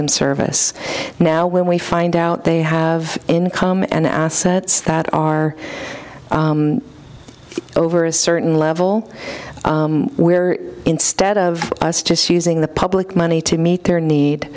them service now when we find out they have income and assets that are over a certain level where instead of us just using the public money to meet their need